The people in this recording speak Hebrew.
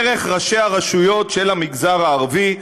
דרך ראשי הרשויות של המגזר הערבי.